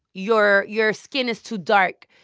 your your skin is too dark.